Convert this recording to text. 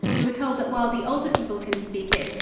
we were told that while the older people can speak it,